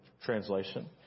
translation